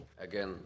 Again